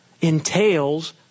entails